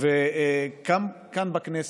כאן בכנסת,